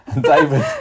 David